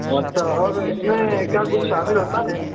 مطلب اور اس میں کیا کچھ شامل ہوتا ہے